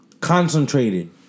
Concentrated